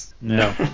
no